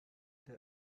der